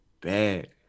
bad